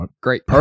great